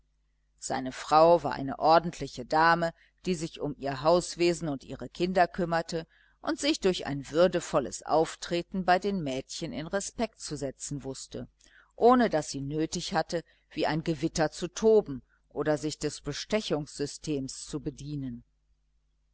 seine frau war eine ordentliche dame die sich um ihr hauswesen und ihre kinder kümmerte und sich durch ein würdevolles auftreten bei den mädchen in respekt zu setzen wußte ohne daß sie nötig hatte wie ein gewitter zu toben oder sich des bestechungssystems zu bedienen